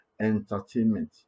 entertainment